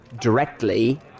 directly